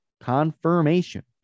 confirmation